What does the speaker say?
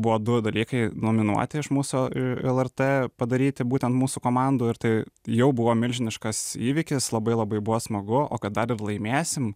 buvo du dalykai nominuoti iš mūsų lrt padaryti būtent mūsų komandų ir tai jau buvo milžiniškas įvykis labai labai buvo smagu o kad dar ir laimėsim